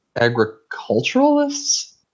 Agriculturalists